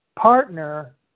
partner